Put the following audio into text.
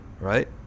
Right